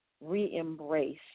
re-embrace